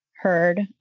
heard